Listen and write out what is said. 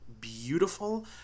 beautiful